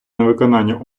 невиконання